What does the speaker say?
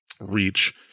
reach